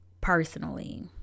personally